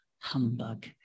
humbug